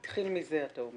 אז בעצם אתה אומר